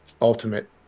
ultimate